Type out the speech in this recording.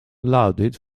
lauded